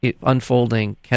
unfolding